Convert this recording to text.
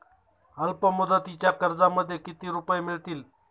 अल्पमुदतीच्या कर्जामध्ये किती रुपये मिळतील?